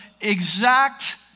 exact